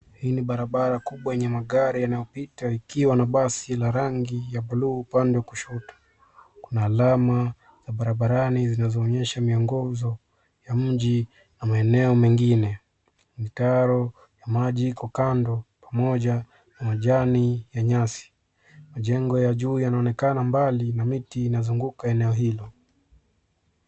Hii ni barabara kubwa yenye magari yanayopita, ikiwa na basi la rangi ya blue upande wa kushoto. Kuna alama ya barabarani zinazoonyesha miongozo ya mji na maeneo mengine. Mitaro ya maji iko kando, pamoja na majani ya nyasi. Majengo ya juu yanaonekana mbali na miti inazunguka eneo hilo.